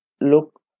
look